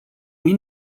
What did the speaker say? mii